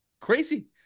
Crazy